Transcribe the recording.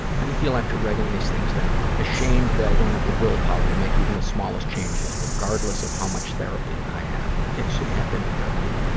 how do you feel after writing these things down? ashamed that i don't have the willpower to make even the smallest changes regardless of how much therapy i have. okay, so you have been to therapy.